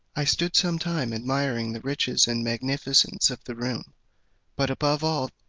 i stood some time admiring the riches and magnificence of the room but above all,